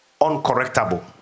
uncorrectable